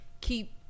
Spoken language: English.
keep